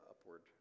upward